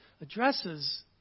addresses